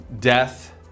death